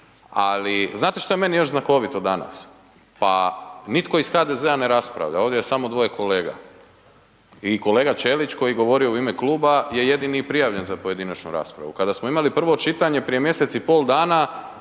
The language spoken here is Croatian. ali znate šta je meni još znakovito danas, pa nitko iz HDZ-a ne raspravlja, ovdje je samo 2 kolega i kolega Ćelić koji govorio u ime kluba je jedini i prijavljen za pojedinačnu raspravu. Kada smo imali prvo čitanje prije mjesec i pol dana